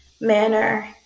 manner